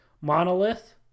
monolith